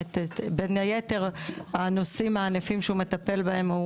בין יתר הנושאים הענפים שהוא מטפל בהם,